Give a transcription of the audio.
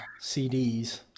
CDs